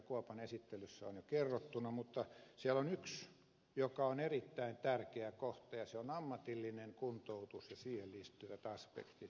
kuopan esittelyssä on jo kerrottuna mutta siellä on yksi joka on erittäin tärkeä kohta ja se on ammatillinen kuntoutus ja siihen liittyvät aspektit